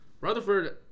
rutherford